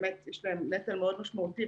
יש עליהם נטל משמעותי מאוד,